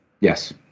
Yes